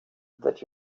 that